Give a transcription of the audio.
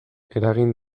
eragin